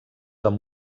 amb